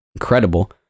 incredible